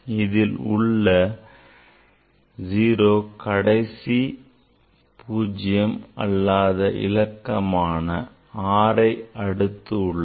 இதில் உள்ள 0 கடைசி பூஜ்ஜியம் அல்லாத இலக்கமான 6ஐ அடுத்து உள்ளது